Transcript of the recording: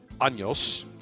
Años